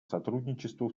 сотрудничеству